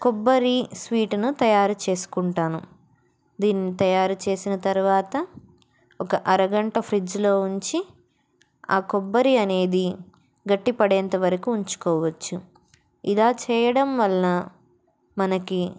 కొబ్బరి స్వీట్ను తయారు చేసుకుంటాను దీన్ని తయారు చేసిన తర్వాత ఒక అరగంట ఫ్రిడ్జ్లో ఉంచి ఆ కొబ్బరి అనేది గట్టి పడేంత వరకు ఉంచుకోవచ్చు ఇలా చేయడం వల్ల మనకి